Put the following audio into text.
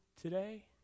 today